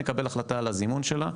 נקבל החלטה על הזימון שלה,